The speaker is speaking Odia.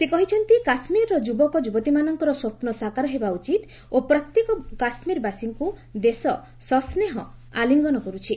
ସେ କହିଛନ୍ତି କାଶ୍ମୀରର ଯୁବକ ଯୁବତୀମାନଙ୍କର ସ୍ୱପୁ ସାକାର ହେବା ଉଚିତ୍ ଓ ପ୍ରତ୍ୟେକ କାଶ୍ମୀରବାସୀଙ୍କୁ ଦେଶ ସସ୍ନେହ ଆଲିଙ୍ଗନ କରୁଛି